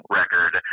record